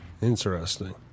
Interesting